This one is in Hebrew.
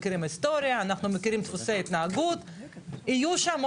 מכירים את ההיסטוריה ומכירים את דפוסי ההתנהגות,